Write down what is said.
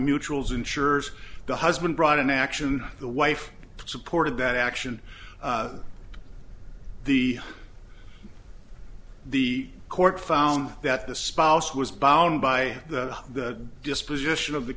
mutuals ensures the husband brought an action the wife supported that action the the court found that the spouse was bound by the disposition of the